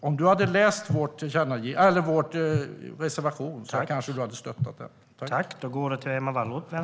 Om du hade läst vår reservation kanske du hade stött den.